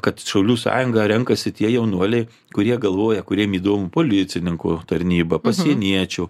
kad šaulių sąjungą renkasi tie jaunuoliai kurie galvoja kuriems įdomu policininko tarnyba pasieniečio